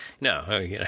No